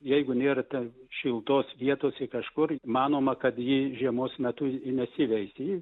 jeigu nėra ten šiltos vietos į kažkur manoma kad ji žiemos metu ji nesiveisia ji